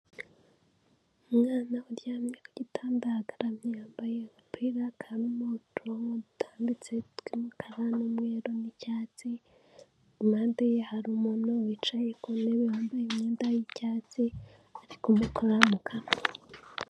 Umwana uryamye ku gitanda agaramye yambaye agapira karimo uturongo dutambitse tw'umukara, umweru n'icyatsi, impande ye hari umuntu wicaye ku ntebe wambaye imyenda y'icyatsi ari kumukora mu kanwa.